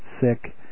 Sick